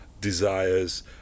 desires